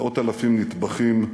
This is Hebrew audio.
מאות אלפים נטבחים,